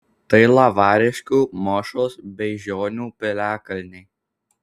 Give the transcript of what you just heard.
tai lavariškių mošos beižionių piliakalniai